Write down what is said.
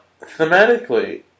thematically